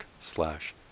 slash